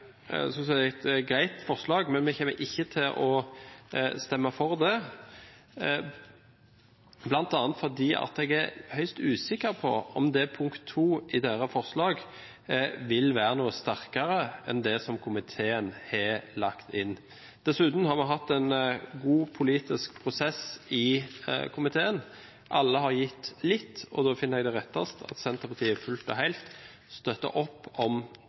er høyst usikker på om deres forslag nr. 2 vil være noe sterkere enn det som komiteen har lagt inn. Dessuten har vi hatt en god politisk prosess i komiteen. Alle har gitt litt, og da finner jeg det riktigst at Senterpartiet fullt og helt støtter opp om